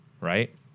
right